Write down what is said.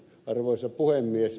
arvoisa puhemies